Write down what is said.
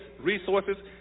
resources